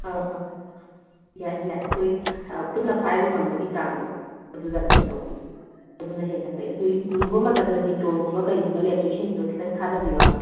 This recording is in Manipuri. ꯑꯥ ꯑꯥ ꯌꯥꯏ ꯌꯥꯏ ꯑꯩꯈꯣꯏ ꯈꯨꯠꯅ ꯄꯥꯏꯕ ꯉꯝꯕꯒꯤ ꯆꯥꯡꯗꯣ ꯑꯗꯨꯗ ꯑꯗꯨꯝ ꯇꯧꯕꯤꯌꯨ ꯑꯗꯨꯅ ꯍꯦꯟꯅ ꯐꯩ ꯑꯗꯨ ꯂꯨꯕ ꯃꯇꯝꯗ ꯗꯤꯇꯣꯜꯒꯨꯝꯕ ꯀꯩꯒꯨꯝꯕ ꯂꯩꯔꯁꯨ ꯏꯁꯤꯡꯗꯨꯗ ꯈꯤꯇꯪ ꯊꯥꯗꯕꯤꯕ